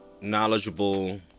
knowledgeable